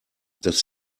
dass